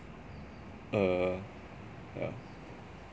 err yeah